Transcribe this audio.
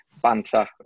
banter